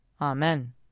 Amen